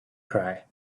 cry